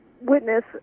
witness